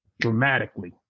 dramatically